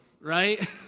right